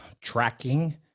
tracking